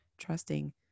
trusting